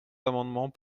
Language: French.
amendements